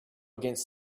against